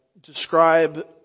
describe